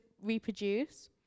reproduce